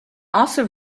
also